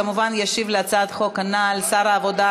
כמובן ישיב על הצעת החוק הנ"ל שר העבודה,